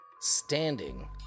standing